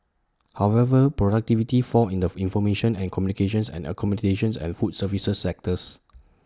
however productivity fell in the information and communications and accommodations and food services sectors